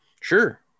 sure